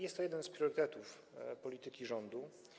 Jest to jeden z priorytetów polityki rządu.